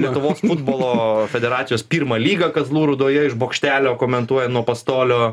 lietuvos futbolo federacijos pirmą lygą kazlų rūdoje iš bokštelio komentuoja nuo pastolio